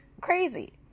crazy